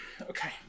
Okay